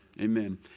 Amen